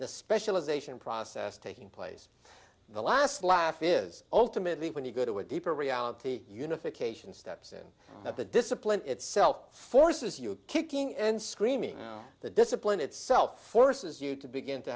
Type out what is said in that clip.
the specialization process taking place the last laugh is ultimately when you go to a deeper reality unification steps in that the discipline itself forces you kicking and screaming the discipline itself forces you to begin to